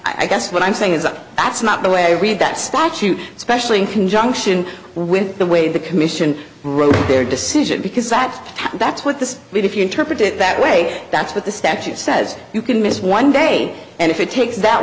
i guess what i'm saying is that's not the way i read that statute especially in conjunction with the way the commission wrote their decision because that that's what this when if you interpret it that way that's what the statute says you can miss one day and if it takes that